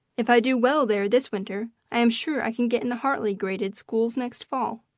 if i do well there this winter, i am sure i can get in the hartley graded schools next fall.